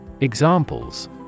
Examples